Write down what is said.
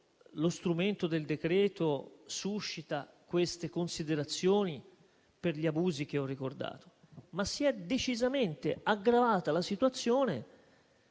lo strumento del decreto suscita tali considerazioni per gli abusi che ho ricordato, ma si è decisamente aggravata la situazione